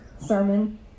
sermon